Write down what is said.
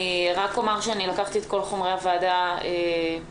אני רק אומר שאני לקחתי את כל חומרי הוועדה הקודמת.